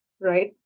right